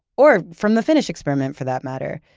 or from the finnish experiment for that matter.